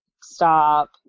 Stop